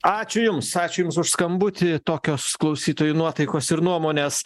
ačiū jums ačiū jums už skambutį tokios klausytojų nuotaikos ir nuomonės